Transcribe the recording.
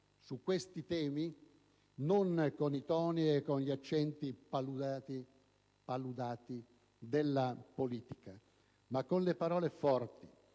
su questi temi, non con i toni e gli accenti paludati della politica, bensì con le parole forti,